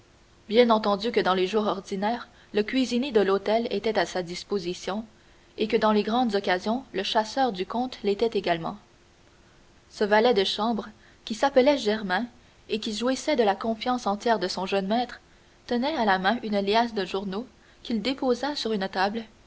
bien entendu que dans les jours ordinaires le cuisinier de l'hôtel était à sa disposition et que dans les grandes occasions le chasseur du comte l'était également ce valet de chambre qui s'appelait germain et qui jouissait de la confiance entière de son jeune maître tenait à la main une liasse de journaux qu'il déposa sur une table